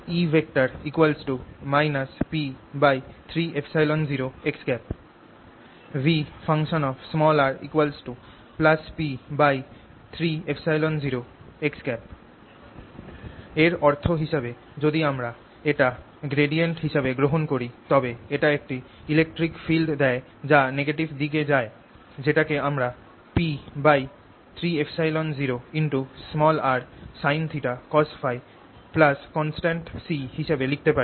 E P3ε0 x V P 3ε0 x এর অর্থ হিসাবে যদি আমরা এটা গ্রেডিয়েন্ট হিসাবে গ্রহণ করি তবে এটা একটি ইলেকট্রিক ফিল্ড দেয় যা নেগেটিভ দিকে যায় যেটাকে আমরা P3ε0r sinθcosՓ কনস্ট্যান্ট C হিসাবে লিখতে পারি